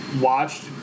watched